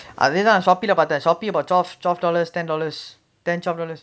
அதேதா:athethaa Shopee leh பாத்தேன்:paathaen Shopee about twelve twelve dollars ten dollars ten twelve dollars